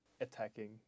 attacking